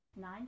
nine